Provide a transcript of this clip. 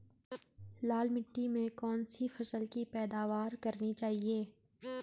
लाल मिट्टी में कौन सी फसल की पैदावार करनी चाहिए?